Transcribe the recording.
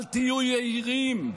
אל תהיו יהירים,